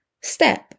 step